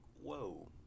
whoa